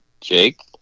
Jake